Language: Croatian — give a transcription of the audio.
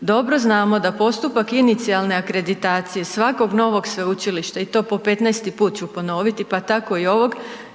Dobro znamo da postupak inicijalne akreditacije svakog novog sveučilišta i to po 15 put ću ponoviti, pa tako i ovog,